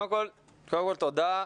קודם כל תודה,